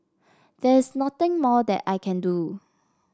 there's nothing more that I can do